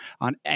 on